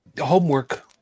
homework